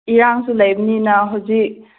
ꯏꯔꯥꯡꯁꯨ ꯂꯩꯕꯅꯤꯅ ꯍꯧꯖꯤꯛ